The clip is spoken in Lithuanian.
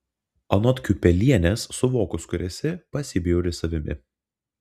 anot kiupelienės suvokus kur esi pasibjauri savimi